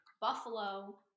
Buffalo